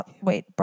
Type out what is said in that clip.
Wait